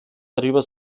darüber